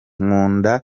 nkunda